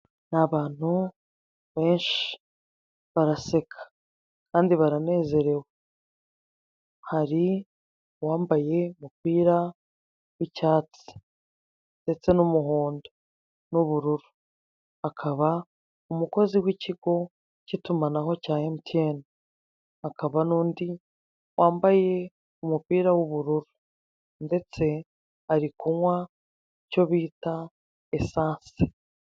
Ni abantu benshi baraseka kandi baranezerewe hari uwambaye umupira w'icyatsi ndetse n'umuhondo n'ubururu, hakaba umukozi w'ikigo cy'itumanaho cya Emutiyeni, hakaba n'undi wambaye umupira w'ubururu ndetse ari kunywa icyo bita esansi.